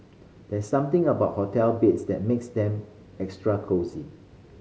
there's something about hotel beds that makes them extra cosy